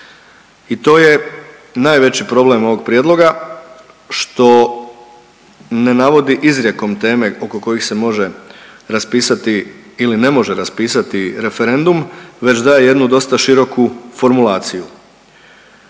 i to je najveći problem ovog prijedloga što ne navodi izrijekom teme oko kojih se može raspisati ili ne može raspisati referendum već daje jednu dosta široku formulaciju.